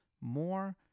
more